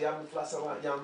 עלייה במפלס הים,